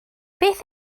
beth